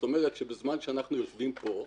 בזמן שאנחנו יושבים כאן,